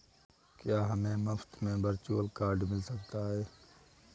क्या हमें मुफ़्त में वर्चुअल कार्ड मिल सकता है?